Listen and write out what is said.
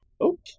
Okay